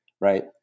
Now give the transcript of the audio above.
right